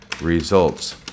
results